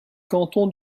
canton